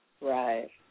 right